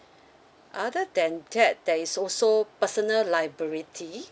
other than that there is also personal liability